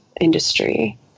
industry